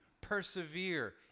Persevere